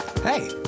Hey